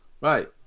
Right